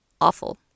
awful